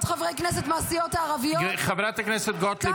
חברי כנסת מהסיעות הערביות --- חברת הכנסת גוטליב,